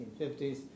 1950s